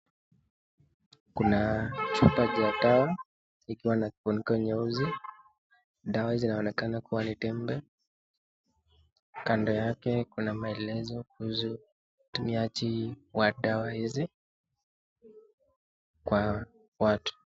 Kuna chupa cha dawa ikiwa na kifuniko nyeusi. Dawa zinaonekana kuwa ni tembe. Kando yake kuna maelezo kuhusu utumiaji wa dawa hizi kwa watu.